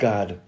God